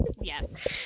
yes